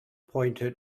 pointed